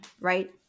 right